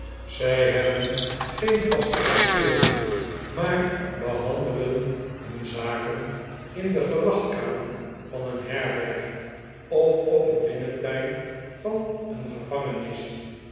zij hebben geen vaste kantoren maar behandelen hun zaken in de gelagkamer van een herberg of op het binnenplein van een ge